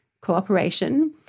cooperation